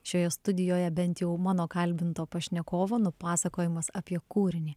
šioje studijoje bent jau mano kalbinto pašnekovo nupasakojimas apie kūrinį